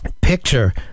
picture